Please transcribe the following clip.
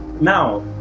now